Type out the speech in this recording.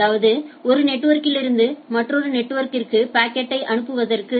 அதாவது ஒரு நெட்வொர்க்கிலிருந்து மற்றொரு நெட்வொர்க்கிற்கு பாக்கெட்டை அனுப்புவதற்கு